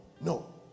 no